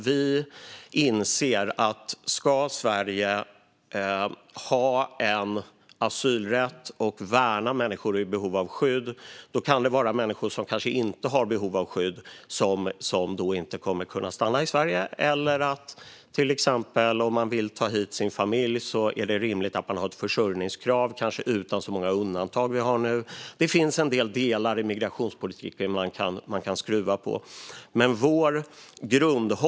Vi inser att om Sverige ska ha en asylrätt och värna människor i behov av skydd kommer människor som inte är i behov av skydd kanske inte kunna stanna i Sverige, och om man vill ta hit sin familj är det rimligt med ett försörjningskrav utan dagens alla undantag. Det finns en del delar i migrationspolitiken man kan skruva på.